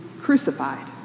crucified